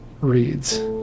reads